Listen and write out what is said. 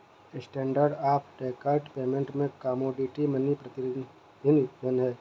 standard of deferred payment में commodity money प्रतिनिधि धन हैं